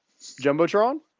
Jumbotron